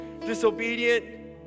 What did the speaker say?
disobedient